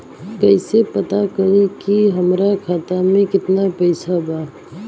कइसे पता करि कि हमरे खाता मे कितना पैसा बा?